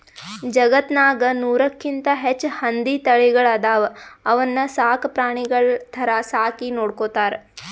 ಜಗತ್ತ್ನಾಗ್ ನೂರಕ್ಕಿಂತ್ ಹೆಚ್ಚ್ ಹಂದಿ ತಳಿಗಳ್ ಅದಾವ ಅವನ್ನ ಸಾಕ್ ಪ್ರಾಣಿಗಳ್ ಥರಾ ಸಾಕಿ ನೋಡ್ಕೊತಾರ್